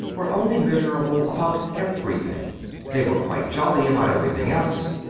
were only miserable about everything they were quite jolly about everything else.